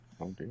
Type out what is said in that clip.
Okay